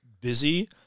busy